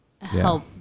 help